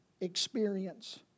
experience